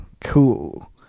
Cool